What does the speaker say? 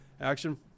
Action